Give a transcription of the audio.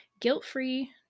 guilt-free